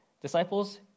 Disciples